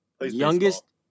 Youngest